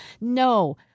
No